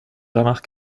danach